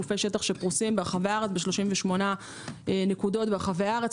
גופי שטח שפרוסים ב-38 נקודות ברחבי הארץ.